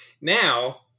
now